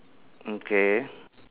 mm K